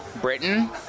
Britain